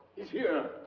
he's here! oh,